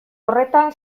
horretan